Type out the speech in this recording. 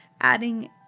adding